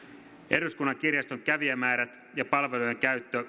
eduskunnan kirjaston kävijämäärät ja palvelujen